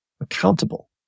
accountable